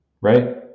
right